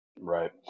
Right